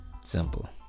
Simple